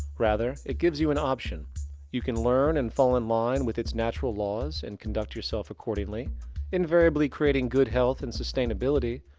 rather, it gives you an option you can learn and fall in line with its natural laws and conduct yourself accordingly invariably creating good health and sustainability,